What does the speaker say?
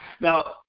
Now